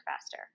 faster